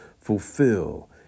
fulfill